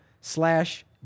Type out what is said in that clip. slash